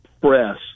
press